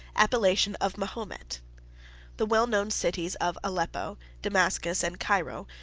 appellation of mahomet the well-known cities of aleppo, damascus, and cairo,